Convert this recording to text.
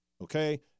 Okay